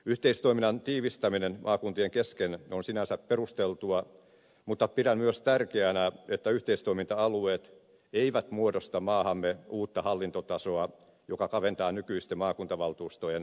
yhteistoiminnan tiivistäminen maakuntien kesken on sinänsä perusteltua mutta pidän tärkeänä myös että yhteistoiminta alueet eivät muodosta maahamme uutta hallintotasoa joka kaventaa nykyisten maakuntavaltuustojen päätäntävaltaa